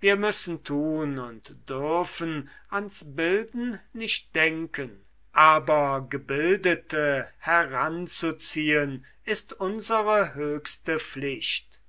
wir müssen tun und dürfen ans bilden nicht denken aber gebildete heranzuziehen ist unsre höchste pflicht